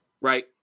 right